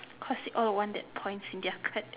cause all the one that points in their card